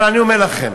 אבל אני אומר לכם,